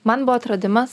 man buvo atradimas